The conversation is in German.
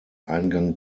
eingang